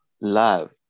love